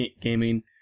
gaming